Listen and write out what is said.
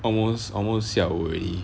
almost almost 下午 already